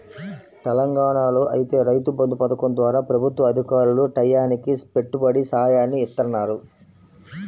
తెలంగాణాలో ఐతే రైతు బంధు పథకం ద్వారా ప్రభుత్వ అధికారులు టైయ్యానికి పెట్టుబడి సాయాన్ని ఇత్తన్నారు